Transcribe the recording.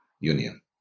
union